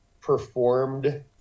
performed